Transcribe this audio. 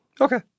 Okay